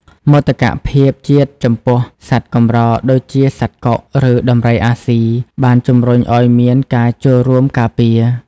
មោទកភាពជាតិចំពោះសត្វកម្រ ដូចជាសត្វកុក ឬដំរីអាស៊ី បានជំរុញឱ្យមានការចូលរួមការពារ។